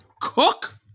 Cook